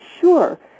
Sure